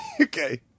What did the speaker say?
Okay